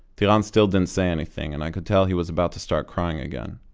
tiran still didn't say anything, and i could tell he was about to start crying again.